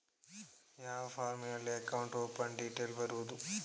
ಯಾವ ಫಾರ್ಮಿನಲ್ಲಿ account open detail ಬರೆಯುವುದು?